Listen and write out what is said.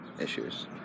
issues